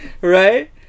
Right